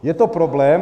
Je to problém.